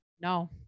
no